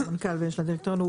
יש לה מנכ"ל ויש לה דירקטוריון.